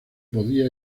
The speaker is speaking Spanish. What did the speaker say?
podía